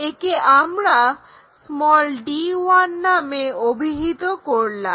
একে আমরা d1 নামে অভিহিত করলাম